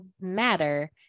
matter-